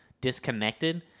disconnected